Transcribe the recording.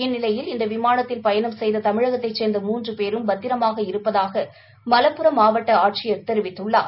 இந்நிலையில் இந்த விமானத்தில் பயணம் செய்த தமிழகத்தைச் சேர்ந்த மூன்று பேரும் பத்திரமாக இருப்பதாக மலப்புரம் மாவட்ட ஆட்சியர் தெரிவித்துள்ளார்